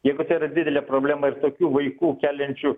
jeigu tai yra didelė problema ir tokių vaikų keliančių